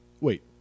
wait